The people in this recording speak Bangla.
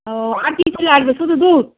আর কি কিছু লাগবে শুধু দুধ